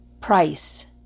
Price